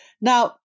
Now